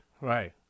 right